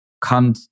come